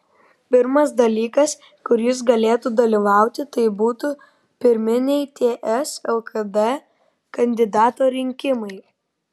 pirmas dalykas kur jis galėtų dalyvauti tai būtų pirminiai ts lkd kandidato rinkimai